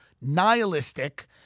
nihilistic